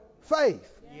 faith